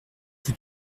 vous